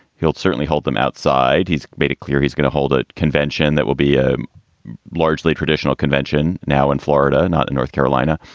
he'll certainly hold them outside. he's made it clear he's going to hold a convention that will be a largely traditional convention now in florida, not in north carolina.